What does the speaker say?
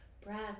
breath